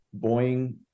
Boeing